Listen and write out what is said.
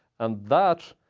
and that